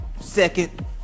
Second